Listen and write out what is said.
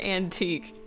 antique